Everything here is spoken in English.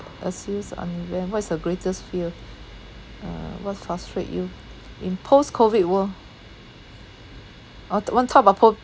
what is your greatest fear uh what frustrate you in post COVID world uh ta~ want talk about po~